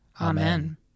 Amen